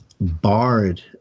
barred